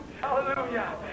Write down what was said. Hallelujah